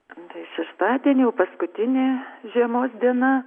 nu tai šeštadienį jau paskutinė žiemos diena